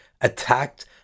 attacked